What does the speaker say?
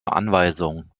anweisung